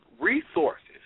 resources